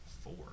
Four